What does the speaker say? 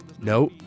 No